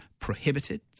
prohibited